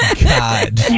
God